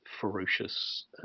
ferocious